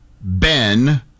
Ben